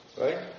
Right